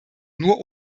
nur